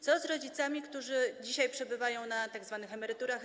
Co z rodzicami, którzy dzisiaj przebywają na tzw. emeryturach EWK?